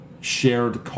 shared